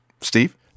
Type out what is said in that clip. Steve